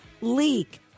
leak